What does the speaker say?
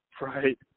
Right